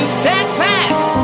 steadfast